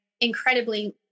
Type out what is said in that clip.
incredibly